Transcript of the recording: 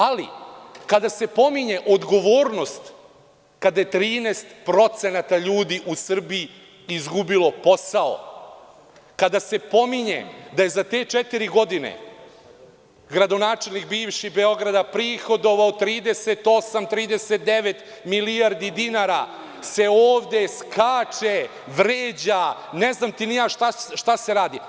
Ali, kada se pominje odgovornost kada je 13% ljudi u Srbiji izgubilo posao, kada se pominje da je za te četiri godine bivši gradonačelnik Beograda prihodovao 38,39 milijardi dinara, odve se skače, vređa, ne znam ni ja šta se radi.